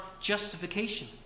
justification